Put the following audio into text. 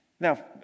Now